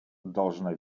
должна